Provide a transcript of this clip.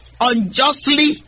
unjustly